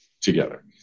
together